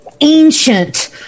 ancient